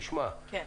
נשמע את הגורמים,